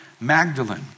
Magdalene